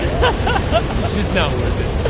and just not worth it.